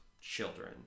children